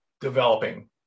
developing